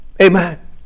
Amen